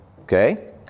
Okay